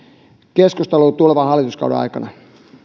keskustelua tulevan hallituskauden aikana